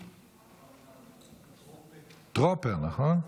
טרוֹפר, נכון?